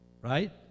right